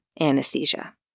anesthesia